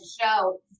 show